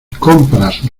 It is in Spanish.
compras